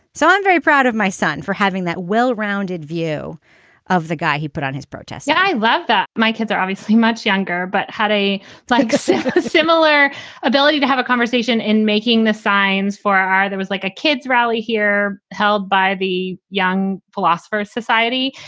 so i'm very proud of my son for having that well-rounded view of the guy he put on his protests yeah i love that my kids are obviously much younger, but had a like similar ability to have a conversation in making the signs for our. there was like a kids rally here held by the young philosopher society.